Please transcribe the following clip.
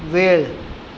वेळ